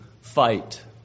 fight